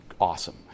awesome